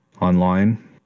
online